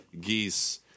geese